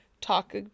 talk